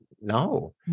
no